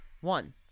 One